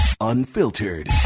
unfiltered